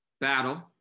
battle